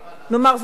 נאמר זאת כך.